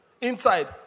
inside